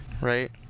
right